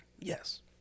Yes